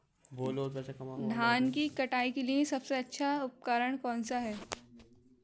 धान की कटाई के लिए सबसे अच्छा उपकरण कौन सा है?